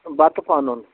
بَتہٕ پَنُن